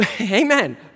Amen